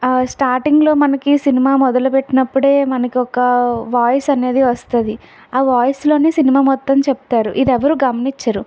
ఆ స్టార్టింగ్లో మనకి సినిమా మొదలు పెట్టినప్పుడు మనకి ఒక వాయిస్ అనేది వస్తుంది ఆ వాయిస్లో సినిమా మొత్తం చెప్తారు ఇది ఎవరు గమనించరు